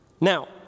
Now